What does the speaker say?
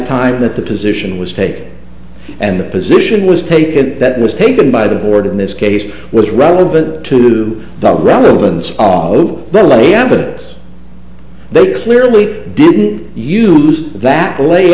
time that the position was take and the position was taken that was taken by the board in this case was relevant to the relevance all over the lady abacus they clearly didn't use that lay